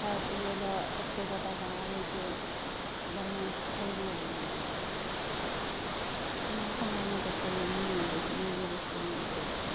खाय पियैला ओते गो टका आबै छै बढ़िआँसँ खाइयो ला नहि दै छै बालबच्चाके कुमारखंड आरमे तऽ खाइयो ला नहिए दै मिडिल इसकुलमे दै छै